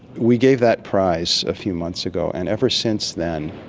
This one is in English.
we gave that prize a few months ago, and ever since then,